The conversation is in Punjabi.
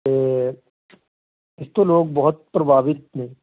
ਅਤੇ ਇਸ ਤੋਂ ਲੋਕ ਬਹੁਤ ਪ੍ਰਭਾਵਿਤ ਨੇ